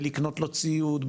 בלקנות לו ציוד,